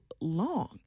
long